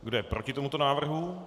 Kdo je proti tomuto návrhu?